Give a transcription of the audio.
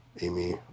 Amy